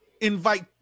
invite